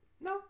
No